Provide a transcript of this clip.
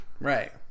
Right